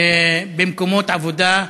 במקומות עבודה.